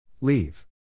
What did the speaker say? Leave